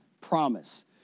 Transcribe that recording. promise